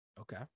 Okay